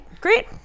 great